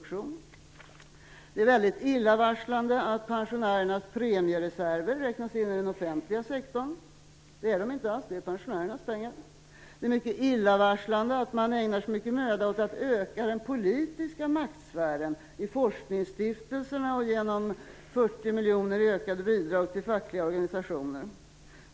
Det är väldigt illavarslande att pensionärernas premiereserver skall räknas in i den offentliga sektorn - det är ju pensionärernas pengar. Det är mycket illavarslande att man ägnar så mycket möda åt att öka den politiska maktsfären, i forskningsstiftelserna och genom 40 miljoner kronor i ökade bidrag till fackliga organisationer.